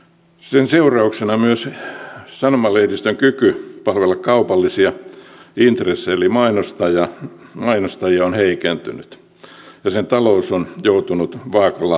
sen seurauksena myös sanomalehdistön kyky palvella kaupallisia intressejä eli mainostajia on heikentynyt ja sen talous on joutunut vaakalaudalle